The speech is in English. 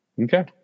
Okay